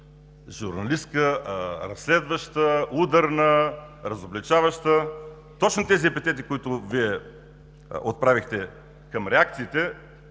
журналистка – разследваща, ударна, разобличаваща. Точно епитетите, които Вие отправихте към реакциите